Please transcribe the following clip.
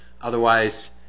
Otherwise